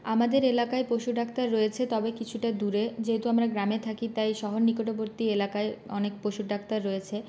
আমাদের এলাকায় পশুর ডাক্তার রয়েছে তবে কিছুটা দূরে যেহেতু আমরা গ্রামে থাকি তাই শহর নিকটবর্তী এলাকায় অনেক পশুর ডাক্তার রয়েছে